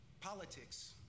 Politics